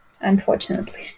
unfortunately